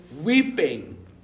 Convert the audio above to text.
weeping